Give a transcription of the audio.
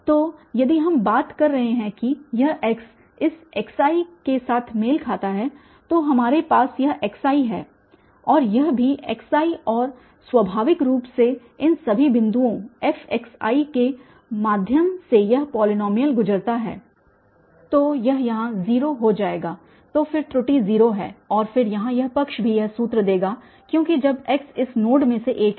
तो यदि हम बात कर रहे हैं कि यह x इस xi के साथ मेल खाता है तो हमारे पास यहाँ xi है और यह भी xi और स्वाभाविक रूप से इन सभी बिंदुओं f के माध्यम से यह पॉलीनॉमियल गुजरता है तो यह यहाँ 0 हो जाएगातो फिर त्रुटि 0 है और फिर यहाँ यह पक्ष भी यह सूत्र देगा क्योंकि जब x इस नोड में से एक है